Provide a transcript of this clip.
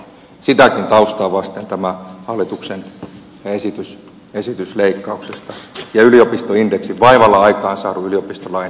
sitäkin taustaa vasten tämä hallituksen esitys leikkauksista ja yliopistoindeksin vaivalla aikaansaadun yliopistolain ja yliopistoindeksin leikkaamisesta on mielestäni perusteeton